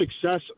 success